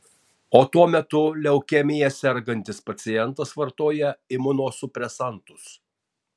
o tuo metu leukemija sergantis pacientas vartoja imunosupresantus